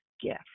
gift